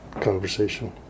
conversation